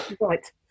right